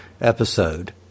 episode